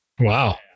Wow